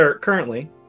currently